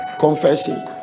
confessing